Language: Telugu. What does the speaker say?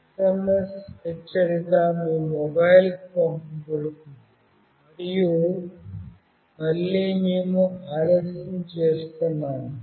SMS హెచ్చరిక మీ మొబైల్కు పంపబడుతుంది మరియు మళ్ళీ మేము ఆలస్యం చేస్తున్నాము